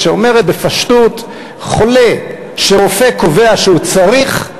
אומרת בפשטות: חולה שרופא קובע שהוא צריך,